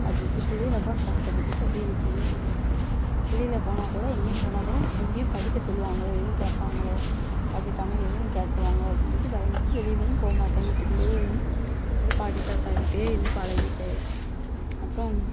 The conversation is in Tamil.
அப்படி இப்படி சொல்லி ரொம்ப கஷ்டப்பட்டுகிட்டு அப்படியே வீட்டிலையே தான் இருப்பேன் வெளியில் போனாக்கூட எங்கேயும் போனாக்கூட எங்கேயும் படிக்க சொல்லுவாங்களோ எதுவும் கேட்பாங்களோ அப்படி தமிழ் எதுவும் கேட்டிருவாங்களோ அப்படினு சொல்லிட்டு பயந்துகிட்டு வெளியிலையும் போக மாட்டேன் வீட்டுக்குள்ளேயே இருந்து அப்படி பாட்டி தாத்தா கிட்டையே இருந்து பழகிட்டு அப்புறோம்